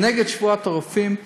זה נגד שבועת הרופאים.